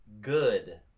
good